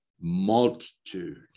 multitude